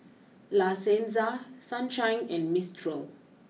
La Senza Sunshine and Mistral